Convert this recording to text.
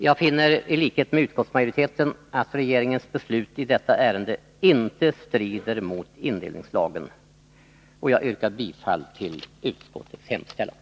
Jag finner i likhet med utskottsmajoriteten att regeringens beslut i detta ärende inte strider mot indelningslagen, och jag ansluter mig till vad utskottet anfört.